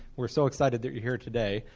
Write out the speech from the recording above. we're so excited that you're here today.